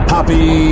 Happy